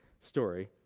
story